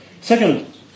Second